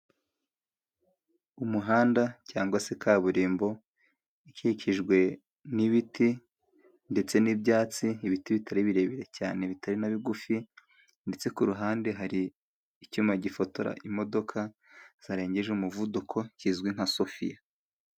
Umuhanda cyangwa se kaburimbo ikikijwe n'ibiti ndetse n'ibyatsi. Ibiti bitari birebire cyane bitari na bigufi, ndetse ku ruhande hari icyuma gifotora imodoka zarengeje umuvuduko kizwi nka sofiya.